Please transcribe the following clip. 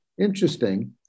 interesting